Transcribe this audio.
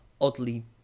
oddly